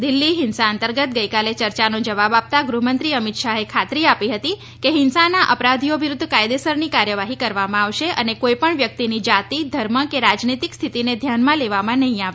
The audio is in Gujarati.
દિલ્હી હિંસા અંતર્ગત ગઈકાલે ચર્ચાનો જવાબ આપતા ગૃહમંત્રી અમિત શાહે ખાતરી આપી હતી કે હિંસાના અપરાધીઓને વિરૂધ્ધ કાયદેસરની કાર્યવાહી કરવામાં આવશે અને કોઈપણ વ્યક્તિની જાતિ ધર્મ કે રાજનૈતિક સ્થિતિને ધ્યાનમાં લેવામાં નહીં આવે